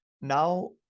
Now